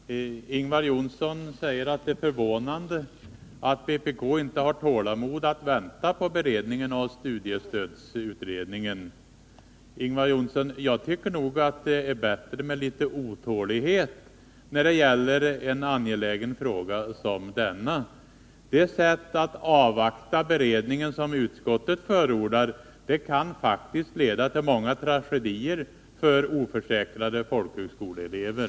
Herr talman! Ingvar Johnsson säger att det är förvånande att vpk inte har tålamod att vänta på studiestödsutredningen. Jag tycker nog, Ingvar Johnsson, att det är bättre med litet otålighet när det gäller en angelägen fråga som denna. Det sätt att avvakta beredningen som utskottet förordar kan faktiskt leda till många tragedier för oförsäkrade folkhögskoleelever.